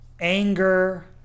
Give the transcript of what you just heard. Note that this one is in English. anger